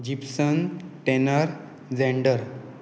Gipson Tanner Zander